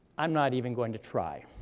i'm not even going to try,